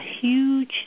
huge